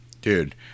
dude